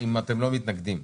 אם אתם לא מתנגדים,